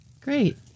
great